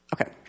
Okay